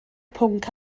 pwnc